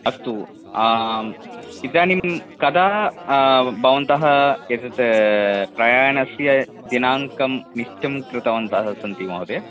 अस्तु आम् इदानीं कदा भवन्तः एतत् प्रयाणस्य दिनाङ्कं निश्चयं कृतवन्तः सन्ति महोदय